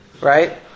Right